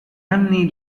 anni